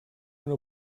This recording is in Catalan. una